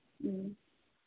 ꯎꯝ